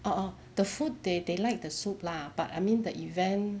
uh uh the food they they like the soup lah but I mean the event